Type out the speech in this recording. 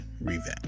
revamp